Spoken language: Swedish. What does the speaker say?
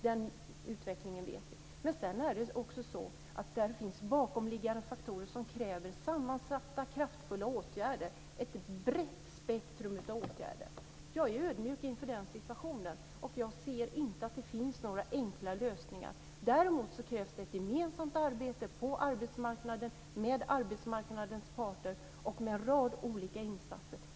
Den utvecklingen känner vi till. Men sedan finns det också bakomliggande faktorer som kräver sammansatta och kraftfulla åtgärder, ett brett spektrum av åtgärder. Jag är ödmjuk inför den situationen, och jag ser inte att det finns några enkla lösningar. Däremot krävs det ett gemensamt arbete på arbetsmarknaden med arbetsmarknadens parter och med en rad olika insatser.